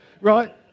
Right